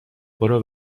برو